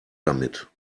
damit